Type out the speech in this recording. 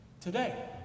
today